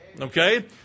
Okay